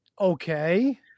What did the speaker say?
okay